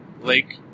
Lake